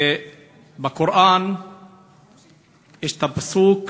בקוראן יש את הפסוק